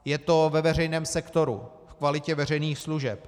Je to ve veřejném sektoru, v kvalitě veřejných služeb.